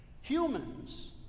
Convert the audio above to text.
Humans